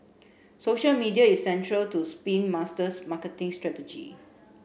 social media is central to Spin Master's marketing strategy